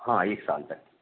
हाँ इस साल का है